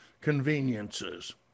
conveniences